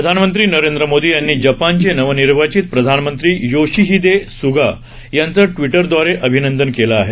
प्रधानमंत्री नरेंद्र मोदी यांनी जपानचे नवनिर्वाचित प्रधानमंत्री योशिहिदे सुगा यांचं ट्विटर द्वारे अभिनंदन केलं आहे